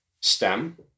STEM